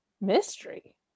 mystery